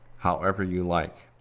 however you like.